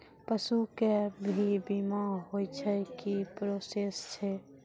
पसु के भी बीमा होय छै, की प्रोसेस छै?